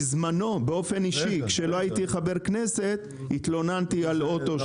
בדיקה, בדיקת שמשות, שלא הבנתי את המהות שלה.